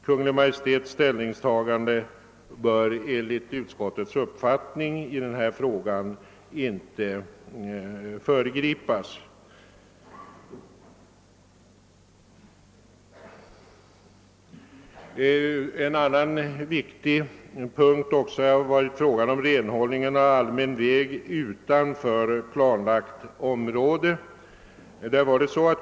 Kungl. Maj:ts ställningstagande bör enligt utskottets uppfattning inte föregripas i denna fråga. En annan viktig punkt är också renhållningen av allmän väg utanför planlagt område.